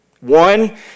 One